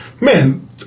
man